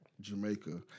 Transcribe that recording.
Jamaica